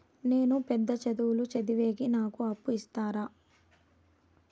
నేను పెద్ద చదువులు చదివేకి నాకు అప్పు ఇస్తారా